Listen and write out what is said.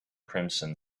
crimson